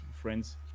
friends